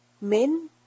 Min